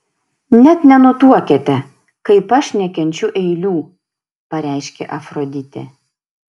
net nenutuokiate kaip aš nekenčiu eilių pareiškė afroditė